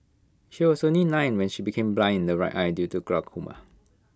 she was only nine when she became blind in her right eye due to glaucoma